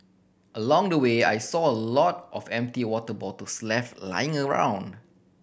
along the way I saw a lot of empty water bottles left lying around